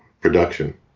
production